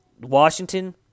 Washington